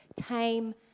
time